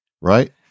right